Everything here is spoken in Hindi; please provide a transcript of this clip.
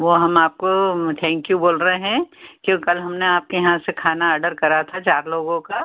वो हम आपको ठैंक यू बोल रहे हैं क्यों कल हमने आपके यहाँ से खाना आडर करा था चार लोगों का